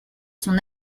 son